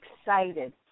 excited